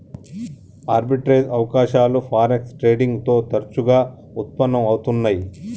arbitrage అవకాశాలు forex trading లో తరచుగా వుత్పన్నం అవుతున్నై